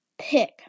pick